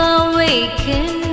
awaken